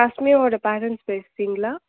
தஸ்மியோட parents பேசுறிங்களா